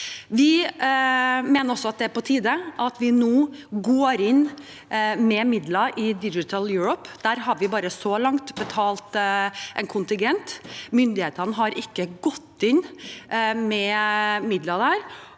Vi mener også at det er på tide at vi nå går inn med midler til Digital Europe. Der har vi så langt bare betalt en kontingent. Myndighetene har ikke gått inn med midler der.